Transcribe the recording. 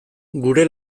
gure